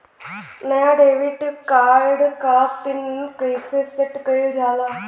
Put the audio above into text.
नया debit card क PIN कईसे सेट कईल जाला?